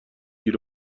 گیر